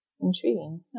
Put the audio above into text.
Intriguing